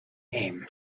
aim